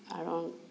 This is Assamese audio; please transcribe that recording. কাৰণ